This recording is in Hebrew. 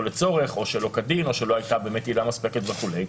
לצורך או שלא כדין או שלא הייתה באמת עילה מספקת וכו'.